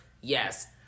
Yes